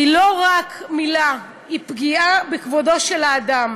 היא לא רק מילה, היא פגיעה בכבודו של האדם.